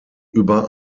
über